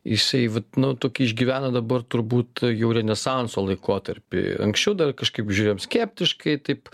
jisai vat nu tokį išgyvena dabar turbūt jau renesanso laikotarpį anksčiau dar kažkaip žiūrėjom skeptiškai taip